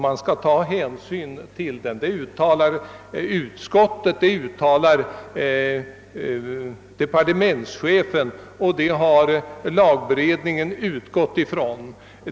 Det uttalas av utskottet, av departementschefen och även av lagberedningen.